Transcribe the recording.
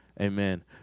Amen